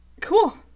Cool